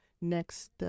next